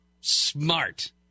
smart